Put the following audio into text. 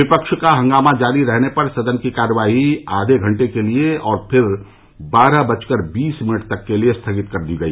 विपक्ष का हंगामा जारी रहने पर सदन की कार्यवाही आघे घंटे के लिये फिर बारह बजकर बीस मिनट तक के लिए स्थगित कर दी गई